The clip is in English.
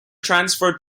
transferred